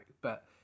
but-